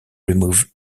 remove